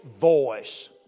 voice